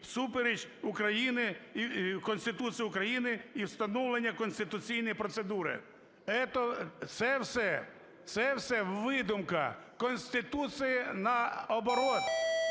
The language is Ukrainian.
всупереч Конституції України і встановлення конституційної процедури. Це все видумка. Конституція, навпаки,